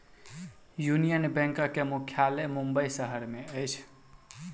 union बैंकक मुख्यालय मुंबई शहर में अछि